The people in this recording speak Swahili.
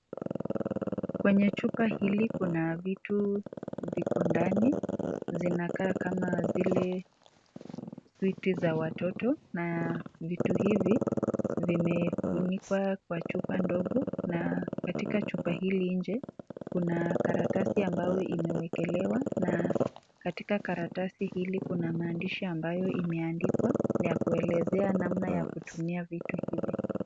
Kwenye chupa hili kuna vitu viko ndani zinakaa kama zile switi za watoto na vitu hivi vimefunikwa kwa chupa ndogo na katika chupa hili nje kuna karatasi ambayo imewekelewa na katika karatasi hili kuna maandishi ambayo imeandikwa ya kuelezea namna ya kutumia vitu hivi.